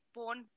born